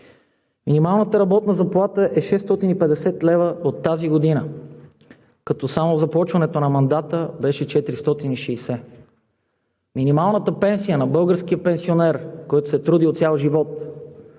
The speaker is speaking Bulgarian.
Минималната работна заплата е 650 лв. от тази година, като в започването на мандата беше 460 лв. Минималната пенсия на българския пенсионер, който се е трудил цял живот,